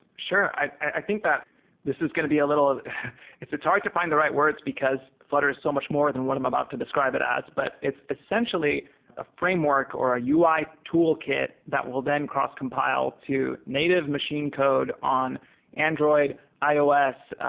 sure. i think that this is going to be a little it's it's hard to fi nd the right words, because flutter is so much more than what i'm about to describe it as, but it's essentially a framework or ah a ui toolkit that will then cross-compile to native machine code on android, ios,